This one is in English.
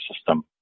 system